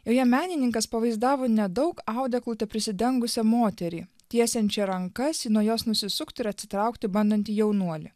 joje menininkas pavaizdavo nedaug audeklu prisidengusią moterį tiesiančią rankas nuo jos nusisukti ir atsitraukti bandantį jaunuolį